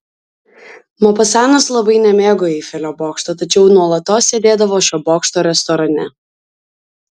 mopasanas labai nemėgo eifelio bokšto tačiau nuolatos sėdėdavo šio bokšto restorane